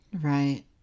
Right